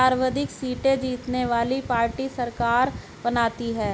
सर्वाधिक सीटें जीतने वाली पार्टी सरकार बनाती है